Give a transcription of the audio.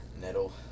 nettle